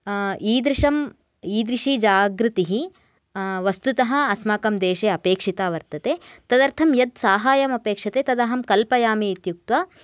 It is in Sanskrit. ईदृशं ईदृशी जागृतिः वस्तुतः अस्माकं देशे अपेक्षिता वर्तते तदर्थं यत् साहाय्यम् अपेक्षते तत् अहं कल्पयामि इत्युक्त्वा